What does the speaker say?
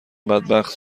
بدبخت